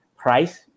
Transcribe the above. price